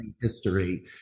history